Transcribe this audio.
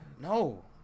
no